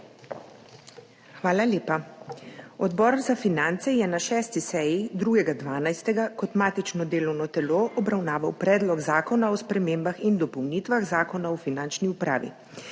Hvala lepa. Odbor za finance je na 6. seji, 2. 12., kot matično delovno telo obravnaval Predlog zakona o spremembah in dopolnitvah Zakona o finančni upravi,